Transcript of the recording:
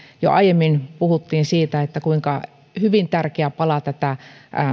jo aiemmin puhuttiin siitä kuinka hyvin tärkeä pala tätä